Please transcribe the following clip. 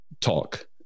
talk